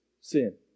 Sin